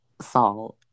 salt